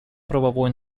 правовой